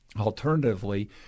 Alternatively